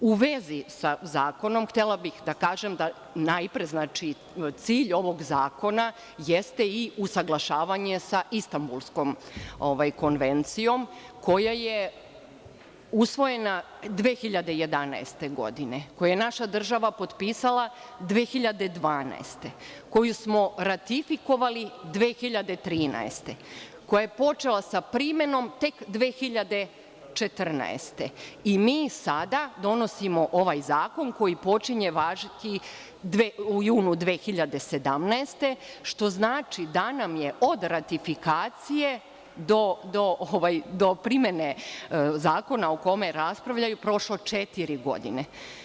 U vezi sa zakonom htela bih da kažem najpre da cilj ovog zakona jeste i usaglašavanje sa Istanbulskom konvencijom, koja je usvojena 2011. godine, koju je naša država potpisala 2012. godine, koju smo ratifikovali 2013. godine, koja je počela sa primenom tek 2014. godine, i mi sada donosimo ovaj zakon koji počinje važiti u junu 2017, što znači da nam je od ratifikacije do primene zakona o kome raspravljaju prošlo četiri godine.